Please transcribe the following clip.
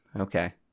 Okay